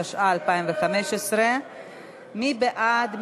התשע"ה 2015. מי בעד?